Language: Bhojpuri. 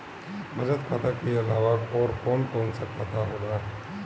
बचत खाता कि अलावा और कौन कौन सा खाता होला?